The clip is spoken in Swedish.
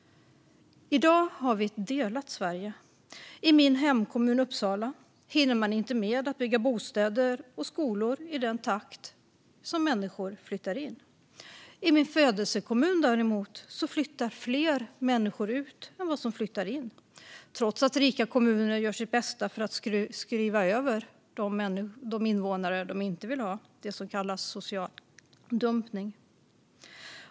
I dag har vi i ett delat Sverige. I min hemkommun Uppsala hinner man inte med att bygga bostäder och skolor i den takt som människor flyttar in. I min födelsekommun, däremot, flyttar fler människor ut än in - trots att rika kommuner gör sitt bästa för att skriva över de invånare de inte vill ha, det som kallas social dumpning.